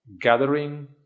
gathering